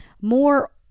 more